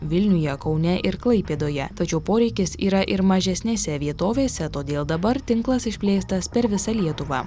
vilniuje kaune ir klaipėdoje tačiau poreikis yra ir mažesnėse vietovėse todėl dabar tinklas išplėstas per visą lietuvą